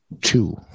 two